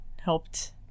helped